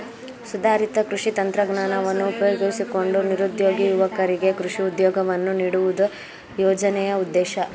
ಸುಧಾರಿತ ಕೃಷಿ ತಂತ್ರಜ್ಞಾನವನ್ನು ಉಪಯೋಗಿಸಿಕೊಂಡು ನಿರುದ್ಯೋಗಿ ಯುವಕರಿಗೆ ಕೃಷಿ ಉದ್ಯೋಗವನ್ನು ನೀಡುವುದು ಯೋಜನೆಯ ಉದ್ದೇಶ